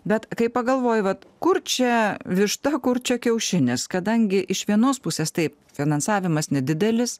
bet kai pagalvoji vat kur čia višta kur čia kiaušinis kadangi iš vienos pusės taip finansavimas nedidelis